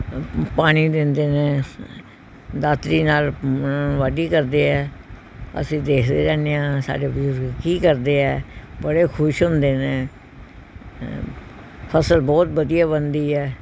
ਪਾਣੀ ਦਿੰਦੇ ਨੇ ਦਾਤਰੀ ਨਾਲ ਵਾਢੀ ਕਰਦੇ ਆ ਅਸੀਂ ਦੇਖਦੇ ਰਹਿੰਦੇ ਹਾਂ ਸਾਡੇ ਬਜ਼ੁਰਗ ਕੀ ਕਰਦੇ ਆ ਬੜੇ ਖੁਸ਼ ਹੁੰਦੇ ਨੇ ਫਸਲ ਬਹੁਤ ਵਧੀਆ ਬਣਦੀ ਹੈ